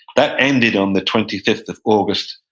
that ended on the twenty fifth of august,